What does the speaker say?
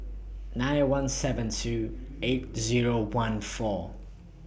nine one seven two eight Zero one four